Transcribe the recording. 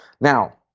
Now